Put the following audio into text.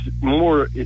more